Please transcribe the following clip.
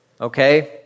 Okay